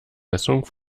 messung